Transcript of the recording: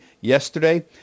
yesterday